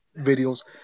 videos